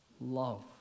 love